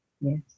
yes